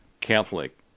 Catholic